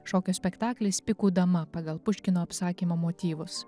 šokio spektaklis pikų dama pagal puškino apsakymo motyvus